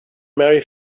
marry